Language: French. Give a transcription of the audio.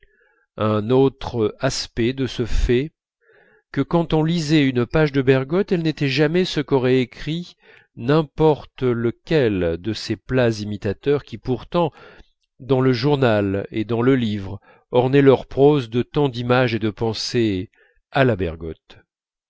un autre aspect de ce fait que quand on lisait une page de bergotte elle n'était jamais ce qu'aurait écrit n'importe lequel de ces plats imitateurs qui pourtant dans le journal et dans le livre ornaient leur prose de tant d'images et de pensées à la bergotte